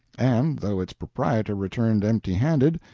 and, though its proprietor returned empty-handed,